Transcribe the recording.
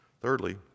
Thirdly